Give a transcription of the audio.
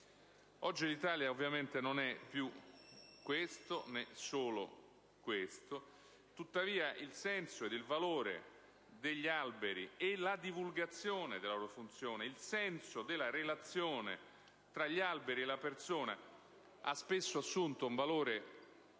Oggi l'Italia non è ovviamente più questa, o solo questa; tuttavia, il senso e il valore degli alberi e la divulgazione della loro funzione, il senso della relazione tra gli alberi e la persona ha spesso assunto un valore spirituale,